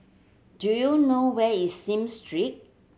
do you know where is Smith Street